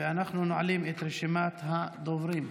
אנחנו נועלים את רשימת הדוברים.